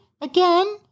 again